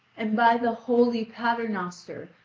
and by the holy paternoster,